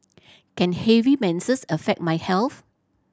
can heavy menses affect my health